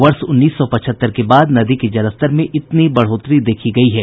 वर्ष उन्नीस सौ पचहत्तर के बाद नदी के जलस्तर में इतनी बढ़ोतरी देखी गयी है